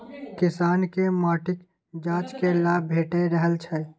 किसानकेँ माटिक जांच केर लाभ भेटि रहल छै